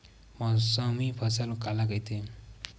मौसमी फसल काला कइथे?